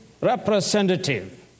representative